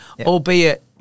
albeit